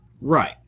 Right